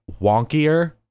wonkier